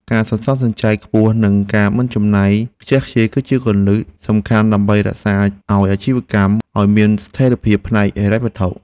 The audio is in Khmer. ការសន្សំសំចៃខ្ពស់និងការមិនចំណាយខ្ជះខ្ជាយ គឺជាគន្លឹះសំខាន់ដើម្បីរក្សាឱ្យអាជីវកម្មឱ្យមានស្ថិរភាពផ្នែកហិរញ្ញវត្ថុ។